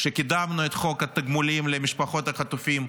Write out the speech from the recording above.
כשקידמנו את חוק התגמולים למשפחות החטופים,